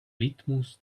litmus